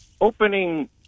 opening